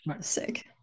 sick